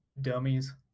dummies